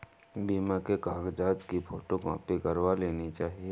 बीमा के कागजात की फोटोकॉपी करवा लेनी चाहिए